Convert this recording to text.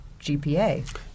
GPA